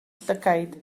llygaid